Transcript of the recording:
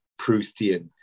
Proustian